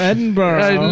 Edinburgh